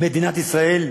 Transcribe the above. מדינת ישראל,